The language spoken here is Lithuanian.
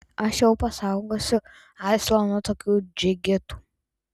aš jau pasaugosiu asilą nuo tokių džigitų